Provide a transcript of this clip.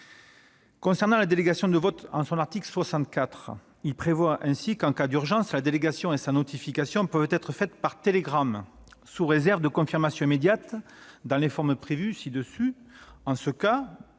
Concernant les délégations de vote, en son article 64, il précise ainsi :« En cas d'urgence, la délégation et sa notification peuvent être faites par télégramme, sous réserve de confirmation immédiate dans les formes prévues ci-dessus.